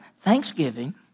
Thanksgiving